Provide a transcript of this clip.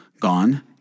gone